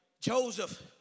Joseph